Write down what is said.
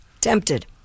Tempted